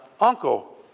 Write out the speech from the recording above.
uncle